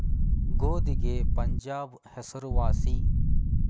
ಗೋಧಿಗೆ ಪಂಜಾಬ್ ಹೆಸರು ವಾಸಿ